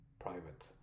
private